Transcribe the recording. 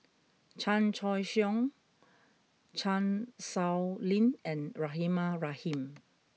Chan Choy Siong Chan Sow Lin and Rahimah Rahim